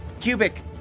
Cubic